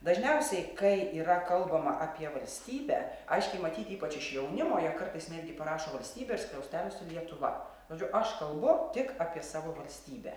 dažniausiai kai yra kalbama apie valstybę aiškiai matyt ypač iš jaunimo jie kartais netgi prašo valstybė ir skliausteliuose lietuva žodžiu aš kalbu tik apie savo valstybę